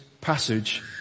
passage